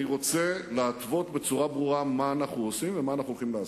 אני רוצה להתוות בצורה ברורה מה אנחנו עושים ומה אנחנו הולכים לעשות.